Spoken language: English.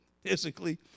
physically